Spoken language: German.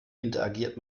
interagiert